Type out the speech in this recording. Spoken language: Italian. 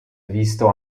visto